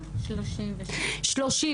שוב אני אומרת,